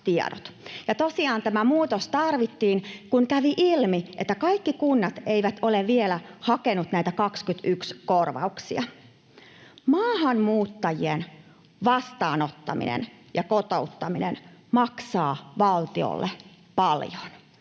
tämä muutos tarvittiin, kun kävi ilmi, että kaikki kunnat eivät ole vielä hakeneet näitä vuoden 21 korvauksia. Maahanmuuttajien vastaanottaminen ja kotouttaminen maksaa valtiolle paljon,